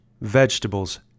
vegetables